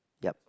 yup